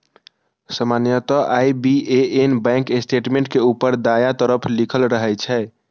सामान्यतः IBAN bank statement के ऊपर दायां तरफ लिखल रहै छै